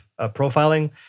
profiling